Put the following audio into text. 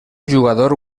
jugador